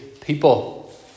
people